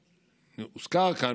זה הוזכר כאן,